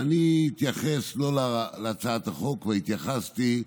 אני לא אתייחס להצעת החוק, כבר התייחסתי אליה.